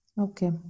Okay